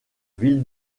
ville